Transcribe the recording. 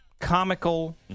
comical